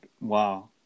Wow